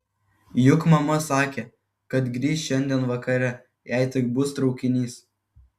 juk mama sakė kad grįš šiandien vakare jei tik bus traukinys